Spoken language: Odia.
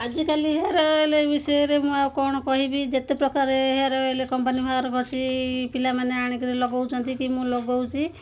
ଆଜିକାଲି ହେୟାର୍ ଅଏଲ୍ ବିଷୟରେ ମୁଁ ଆଉ କ'ଣ କହିବି ଯେତେ ପ୍ରକାର ହେୟାର୍ ଅଏଲ୍ କମ୍ପାନୀ ବାହାର କରୁଛି ପିଲାମାନେ ଆଣିକିରି ଲଗାଉଛନ୍ତି କି ମୁଁ ଲଗାଉଛି